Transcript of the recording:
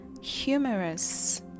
humorous